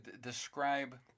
Describe